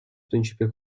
principe